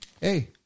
hey